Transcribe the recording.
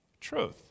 truth